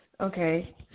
okay